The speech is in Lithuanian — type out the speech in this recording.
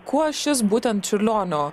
kuo šis būtent čiurlionio